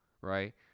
right